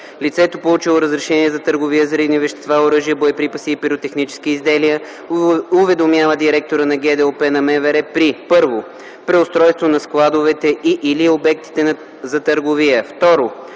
Лицето, получило разрешение за търговия с взривни вещества, оръжия, боеприпаси и пиротехнически изделия, уведомява директора на ГДОП на МВР при: 1. преустройство на складовете и/или обектите за търговия;